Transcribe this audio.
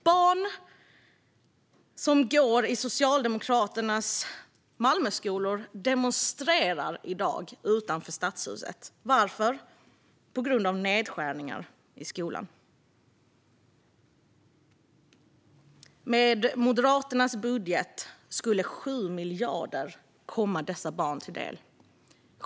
Barn som går i skolan i Socialdemokraternas Malmö demonstrerar i dag utanför Stadshuset. Varför? På grund av nedskärningar i skolan. Med Moderaternas budget skulle 7 miljarder komma dessa barn till del.